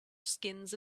skins